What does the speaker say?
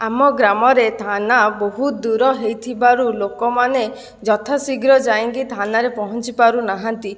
ଆମ ଗ୍ରାମରେ ଥାନା ବହୁତ ଦୂର ହୋଇଥିବାରୁ ଲୋକମାନେ ଯଥାଶୀଘ୍ର ଯାଇଁକି ଥାନାରେ ପହଞ୍ଚି ପାରୁନାହାନ୍ତି